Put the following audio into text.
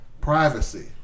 privacy